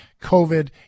COVID